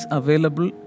available